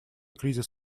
кризис